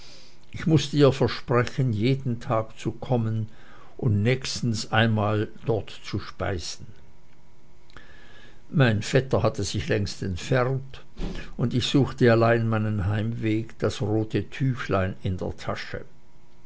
ich mußte ihr versprechen jeden tag zu kommen und nächstens einmal dort zu speisen klein vetter hatte sich längst entfernt und ich suchte allein meinen heimweg das rote tüchelchen in der tasche